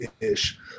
ish